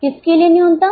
किसके लिए न्यूनतम